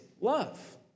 love